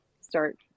start